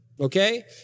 Okay